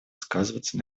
сказываться